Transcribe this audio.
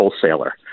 Wholesaler